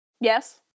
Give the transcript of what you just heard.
Yes